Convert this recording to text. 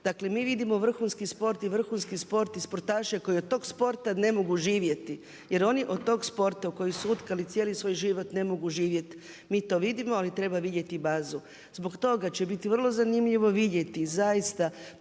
Dakle mi vidimo vrhunski sport i vrhunski sport i sportaše koji od tog sporta ne mogu živjeti jer oni od tog sporta u koji su utkali cijeli svoj život ne mogu živjet. Mi to vidimo ali treba vidjeti bazu. Zbog toga će biti vrlo zanimljivo vidjeti zaista